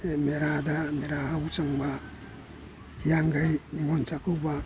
ꯃꯦꯔꯥꯗ ꯃꯦꯔꯥ ꯍꯧ ꯆꯣꯡꯕ ꯍꯤꯌꯥꯡꯒꯩ ꯅꯤꯉꯣꯜ ꯆꯥꯛꯀꯧꯕ